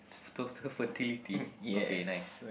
total fertility okay nice